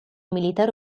militare